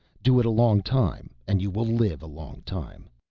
do it a long time and you will live a long time.